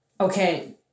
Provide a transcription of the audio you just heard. Okay